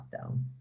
lockdown